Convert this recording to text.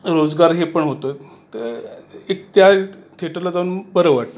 रोजगार हे पण होतं तर एक त्या थिएटरला जाऊन बरं वाटतं